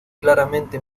claramente